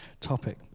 topic